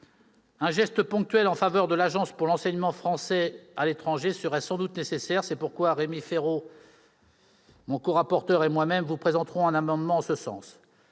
Un geste ponctuel en faveur de l'Agence pour l'enseignement français à l'étranger serait sans doute nécessaire ; c'est pourquoi Rémi Féraud et moi-même vous présenterons un amendement en ce sens.